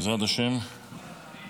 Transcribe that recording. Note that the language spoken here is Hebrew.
בעזרת השם במהרה.